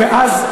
ואז,